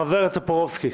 חבר הכנסת טופורובסקי.